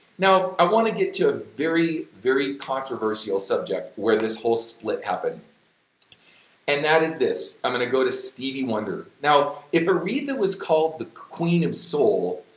now, i want to get to a very, very controversial subject where this whole split happened and that is this i'm gonna go to stevie wonder. now if aretha was called the queen of soul,